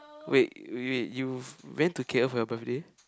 wait wait you went to k_l for your birthday